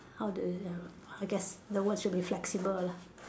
how do you err I guess the word should be flexible lah